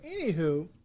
anywho